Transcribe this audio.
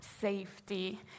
safety